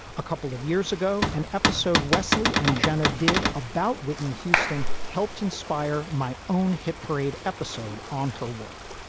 a couple of years ago, an episode wesley and jenna did about whitney houston helped inspire my own hit parade episode on her work.